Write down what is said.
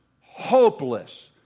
hopeless